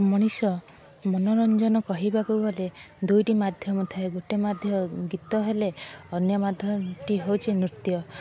ମଣିଷ ମନୋରଞ୍ଜନ କହିବାକୁ ଗଲେ ଦୁଇଟି ମାଧ୍ୟମ ଥାଏ ଗୋଟେ ମାଧ୍ୟମ ଗୀତ ହେଲେ ଅନ୍ୟ ମାଧ୍ୟମଟି ହେଉଛି ନୃତ୍ୟ